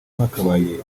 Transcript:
bakabaye